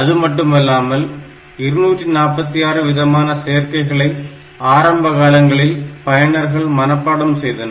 அதுமட்டுமல்லாமல் 246 விதமான சேர்க்கைகளை ஆரம்ப காலங்களில் பயனர்கள் மனப்பாடம் செய்தனர்